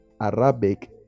arabic